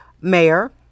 mayor